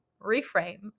reframe